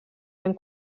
ben